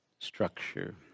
structure